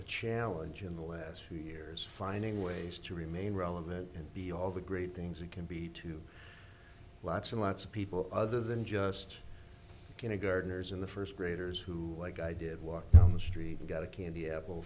the challenge in the last few years finding ways to remain relevant and be all the great things you can be to lots and lots of people other than just going to gardeners in the first graders who like i did walk down the street got a candy apple